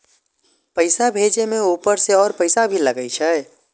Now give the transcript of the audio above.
पैसा भेजे में ऊपर से और पैसा भी लगे छै?